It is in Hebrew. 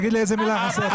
תגיד לי איזה מילה חסרה לך?